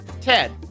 Ted